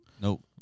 Nope